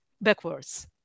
backwards